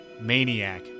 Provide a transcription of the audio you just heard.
maniac